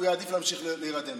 הוא יעדיף להמשיך להירדם.